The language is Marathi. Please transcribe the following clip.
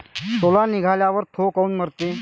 सोला निघाल्यावर थो काऊन मरते?